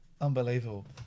Unbelievable